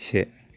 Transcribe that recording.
से